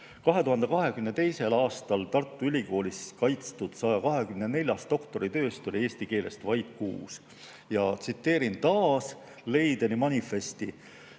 2022. aastal Tartu Ülikoolis kaitstud 124 doktoritööst oli eesti keeles vaid kuus. Tsiteerin taas Leideni manifesti: